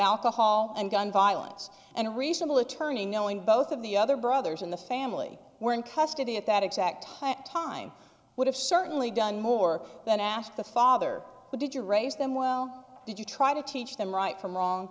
alcohol and gun violence and a reasonable attorney knowing both of the other brothers in the family were in custody at that exact time would have certainly done more than ask the father how did you raise them well did you try to teach them right from wrong